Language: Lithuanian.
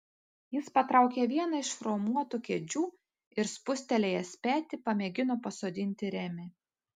jis patraukė vieną iš chromuotų kėdžių ir spustelėjęs petį pamėgino pasodinti remį